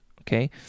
okay